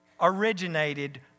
originated